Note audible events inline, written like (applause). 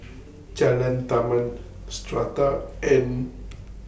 Jalan Taman Strata and (noise)